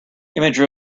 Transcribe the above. image